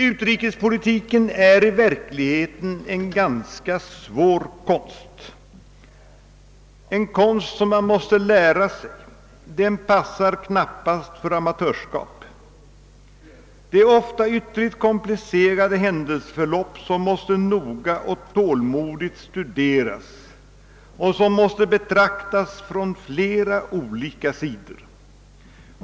Utrikespolitiken är i verkligheten en ganska svår konst, en konst som man måste lära sig. Den passar knappast för amatörskap. Det är ofta ytterligt komplicerade händelseförlopp som måste studeras noggrant och tålmodigt och betraktas från flera olika sidor.